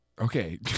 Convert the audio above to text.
Okay